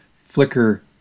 flicker